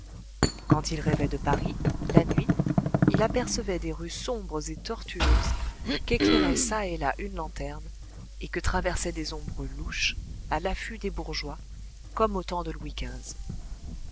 quand il rêvait de paris la nuit il apercevait des rues sombres et tortueuses qu'éclairait çà et là une lanterne et que traversaient des ombres louches à l'affût des bourgeois comme au temps de louis